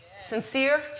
sincere